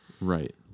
Right